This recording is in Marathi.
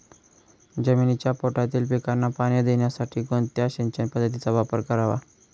जमिनीच्या पोटातील पिकांना पाणी देण्यासाठी कोणत्या सिंचन पद्धतीचा वापर करावा?